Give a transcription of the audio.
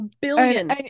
Billion